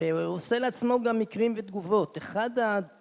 הוא עושה לעצמו גם מקרים ותגובות.אחד ה...